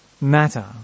matter